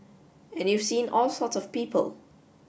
and you've seen all sorts of people